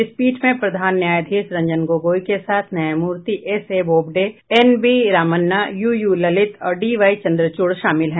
इस पीठ में प्रधान न्यायाधीश रंजन गोगोई के साथ न्यायमूर्ति S A Bobde N V Ramana U U Lalit और डी वाई चन्द्रचूड़ शामिल हैं